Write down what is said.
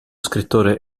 scrittore